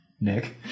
Nick